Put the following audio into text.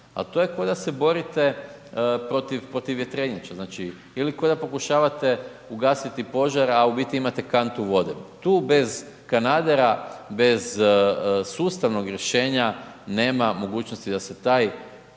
to je kao da se borite protiv vjetrenjača ili kao da pokušavate ugasiti požar, a u biti imate kantu vode. Tu bez kanadera, bez sustavnog rješenja nema mogućnosti da se taj